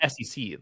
SEC